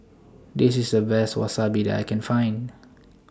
This IS The Best Wasabi that I Can Find